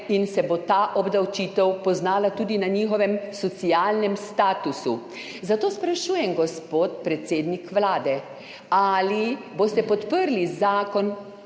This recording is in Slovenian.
in se bo ta obdavčitev poznala tudi na njihovem socialnem statusu. Zato sprašujem, gospod predsednik Vlade: Ali boste podprli Zakon